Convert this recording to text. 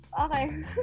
Okay